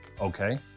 Okay